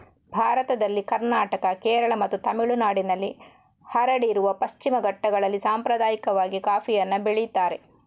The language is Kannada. ಭಾರತದಲ್ಲಿ ಕರ್ನಾಟಕ, ಕೇರಳ ಮತ್ತು ತಮಿಳುನಾಡಿನಲ್ಲಿ ಹರಡಿರುವ ಪಶ್ಚಿಮ ಘಟ್ಟಗಳಲ್ಲಿ ಸಾಂಪ್ರದಾಯಿಕವಾಗಿ ಕಾಫಿಯನ್ನ ಬೆಳೀತಾರೆ